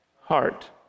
Heart